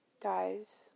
Dies